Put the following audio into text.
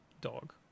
Dog